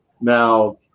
Now